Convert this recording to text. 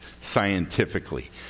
scientifically